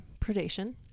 predation